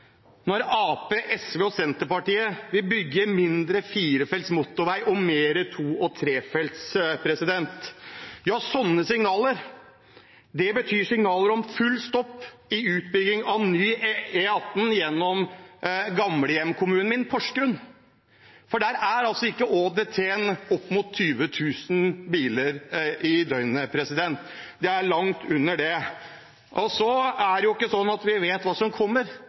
når Arbeiderpartiet, SV og Senterpartiet vil bygge mindre firefelts motorvei og mer to- og trefelts veier. Slike signaler betyr full stopp i utbygging av ny E18 gjennom den gamle hjemkommunen min, Porsgrunn. Der er ikke ÅDT-en opp mot 20 000 biler i døgnet. Den er langt under det. Så vet vi ikke hva som kommer,